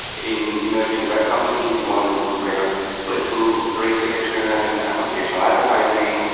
in emerging web companies, you want to do kind of click through rate prediction, computational advertising.